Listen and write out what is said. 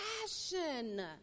passion